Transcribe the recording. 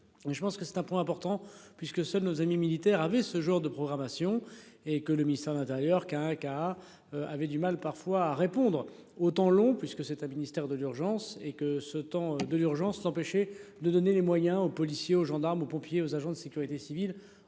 je pense que c'est un point important puisque seuls nos amis militaires avaient ce jour de programmation et que le ministère de l'Intérieur. Avaient du mal parfois à répondre au temps long puisque c'est un ministère de l'urgence et que ce temps de l'urgence s'empêcher de donner les moyens aux policiers, aux gendarmes ou pompiers aux agents de sécurité civile